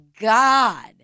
God